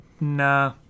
nah